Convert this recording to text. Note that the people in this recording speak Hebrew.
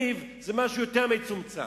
ריב זה משהו יותר מצומצם,